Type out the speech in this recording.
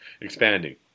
expanding